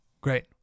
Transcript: Great